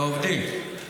לא עובדים?